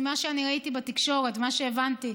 ממה שאני ראיתי בתקשורת וממה שהבנתי,